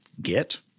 get